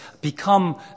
become